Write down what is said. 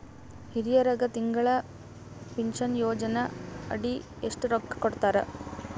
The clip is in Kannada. ಹಿರಿಯರಗ ತಿಂಗಳ ಪೀನಷನಯೋಜನ ಅಡಿ ಎಷ್ಟ ರೊಕ್ಕ ಕೊಡತಾರ?